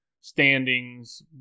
standings